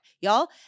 Y'all